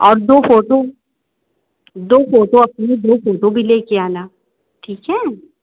और दो फोटो दो फोटो अपनी दो फोटो भी लेकर आना ठीक है